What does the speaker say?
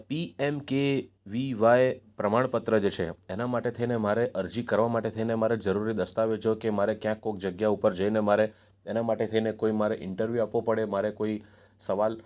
એમ કે વી વાય પ્રમાણ પત્ર જે છે એના માટે થઈને મારે અરજી કરવા માટે થઈને મારે જરૂરી દસ્તાવેજો કે મારે કયાંક કોઈક જગ્યા ઉપર જઈને મારે એના માટે થઈને કોઈ મારે ઇન્ટરવ્યૂ આપવો પડે મારે કોઈ સવાલ